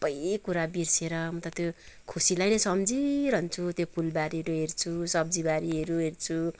सबै कुरा बिर्सिएर म त त्यो खुसीलाई नै सम्झिरहन्छु त्यो फुल बारीहरू हेर्छु सब्जी बारीहरू हेर्छु